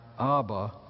Abba